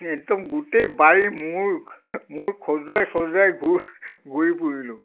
একদম গোটেই বাৰী মূৰ মূৰ খজুৱাই খজুৱাই ঘূৰ ঘূৰি ফূৰিলোঁ